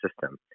system